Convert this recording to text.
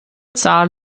zahl